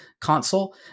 console